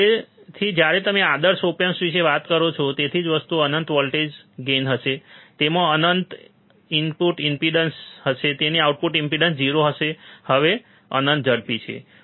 તેથી જ્યારે તમે આદર્શ ઓપ એમ્પ વિશે વાત કરો છો તે જ વસ્તુમાં અનંત વોલ્ટેજ ગેઇન હશે તેમાં અનંત ઇન્ફીનિટ ઇનપુટ ઇમ્પેડન્સ હશે તેની આઉટપુટ ઇમ્પેડન્સ 0 હશે તે હવે અનંત ઝડપી હશે